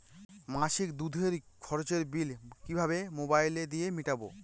মাসিক দুধের খরচের বিল কিভাবে মোবাইল দিয়ে মেটাব?